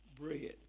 bread